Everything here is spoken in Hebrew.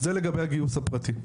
זה לגבי הגיוס הפרטי.